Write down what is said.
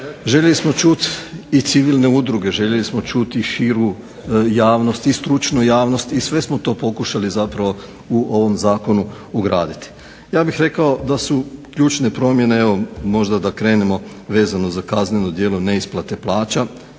Željeli smo čuti i civilne udruge, željeli smo čuti širu javnost i stručnu javnost i sve smo to pokušali zapravo u ovom zakonu ugraditi. Ja bih rekao da su ključne promjene evo možda da krenemo vezano za kazneno djelo neisplate plaća,